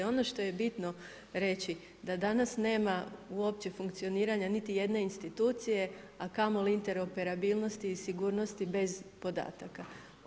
Ono što je bitno reći da danas nema uopće funkcioniranja niti jedne institucije, a kamoli interoperabilnosti i sigurnosti bez podataka.